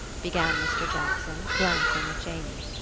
began mr. jackson, glancing at janey.